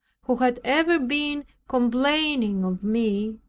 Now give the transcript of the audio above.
who had ever been complaining of me,